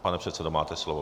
Pane předsedo, máte slovo.